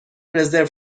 رزرو